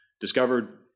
Discovered